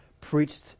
preached